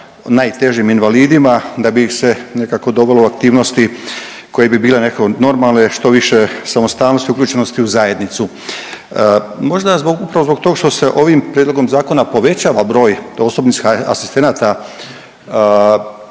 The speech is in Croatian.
najtežim invalidima da bi ih se nekako dovelo u aktivnosti koje bi bile nekako normalne, što više samostalnosti i uključenosti u zajednicu. Možda zbog upravo zbog tog što se ovim prijedlogom zakona povećava broj osobnih asistenata